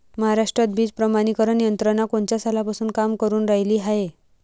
महाराष्ट्रात बीज प्रमानीकरण यंत्रना कोनच्या सालापासून काम करुन रायली हाये?